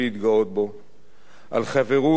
על חברות ונתינה אין-סופיות,